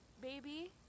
Baby